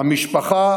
המשפחה,